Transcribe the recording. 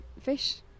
fish